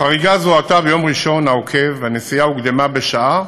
החריגה זוהתה ביום ראשון העוקב והנסיעה הוקדמה בשעה,